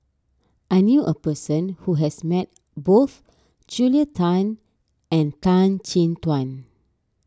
I knew a person who has met both Julia Tan and Tan Chin Tuan